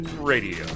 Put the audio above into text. radio